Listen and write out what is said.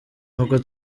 nuko